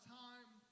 time